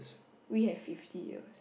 we have fifty year